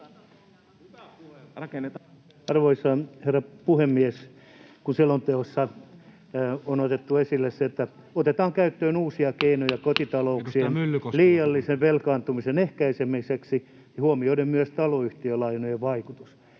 Arvoisa herra puhemies! Kun selonteossa on otettu esille se, että otetaan käyttöön uusia keinoja kotitalouksien... [Hälinää —Puhemies koputtaa] ...liiallisen velkaantumisen ehkäisemiseksi ja huomioiden myös taloyhtiölainojen vaikutus,